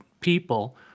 people